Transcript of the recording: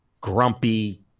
grumpy